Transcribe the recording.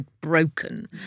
broken